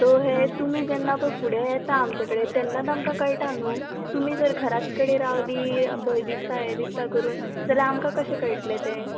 so हें तुमी जेन्ना पळय फुडें येता आमच्या कडेन तेन्नाच आमकां कळटा न्हू तुमी जर घरात कडेन रावलीं भंय दिसता यें हिसता करून जाल्या आमकां कशें कळट्लें तें